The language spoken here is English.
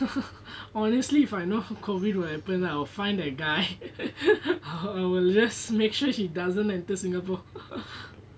honestly if I know COVID will happen right I will find that guy I will just make sure he doesn't enter singapore